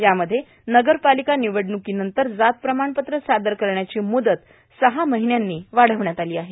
यामध्ये नगर पार्लका र्भिनवडणुकोनंतर जात प्रमाणपत्र सादर करण्याची मुदत सहा र्माहन्यांनी वार्ढावण्यात आलो आहे